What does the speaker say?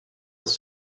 its